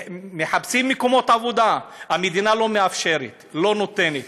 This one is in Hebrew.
מחפשים מקומות עבודה, המדינה לא מאפשרת, לא נותנת.